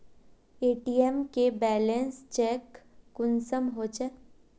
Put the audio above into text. ATM से balance check कुंसम होचे?